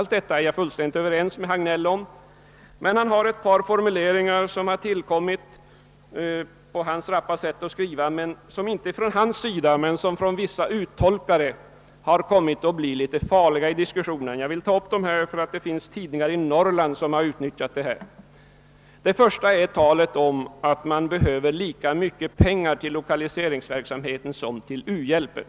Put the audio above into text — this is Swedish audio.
Men det är ett par formuleringar i yttrandet som tillkommit med herr Hagnells rappa sätt att skriva och som kommit att bli litet farliga kanske inte när herr Hagnell utvecklar dem men när vissa andra gör en uttolkning. Jag tar upp saken bl.a. därför att vissa tidningar i Norrland utnyttjat formuleringarna. De första är talet om att man behöver lika mycket pengar till lokaliseringsverksamheten som till u-hjälpen.